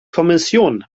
kommission